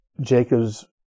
Jacob's